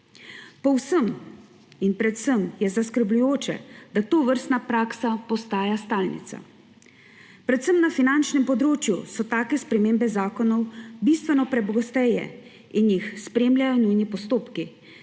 popravke. Predvsem je zaskrbljujoče, da tovrstna praksa postaja stalnica. Predvsem na finančnem področju so take spremembe zakonov bistveno prepogoste in jih spremljajo nujni postopki,